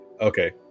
Okay